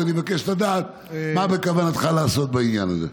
אז אני מבקש לדעת מה בכוונתך לעשות בעניין הזה.